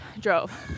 drove